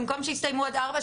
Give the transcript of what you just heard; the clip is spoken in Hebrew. במקום שיסתיימו עד 16:00,